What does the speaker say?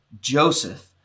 Joseph